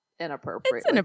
inappropriate